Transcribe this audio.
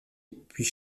puis